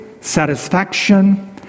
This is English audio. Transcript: satisfaction